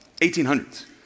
1800s